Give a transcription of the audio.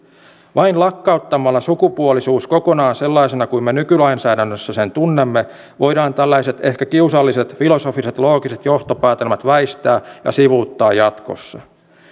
vain lakkauttamalla sukupuolisuus kokonaan sellaisena kuin me nykylainsäädännössä sen tunnemme voidaan tällaiset ehkä kiusalliset filosofiset loogiset johtopäätelmät väistää ja sivuuttaa jatkossa